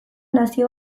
nazio